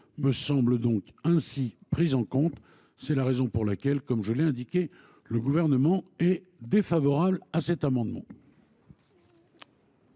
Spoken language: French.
me semble donc ainsi prise en compte. C’est la raison pour laquelle le Gouvernement est défavorable à cet amendement.